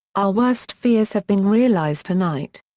our worst fears have been realized tonight.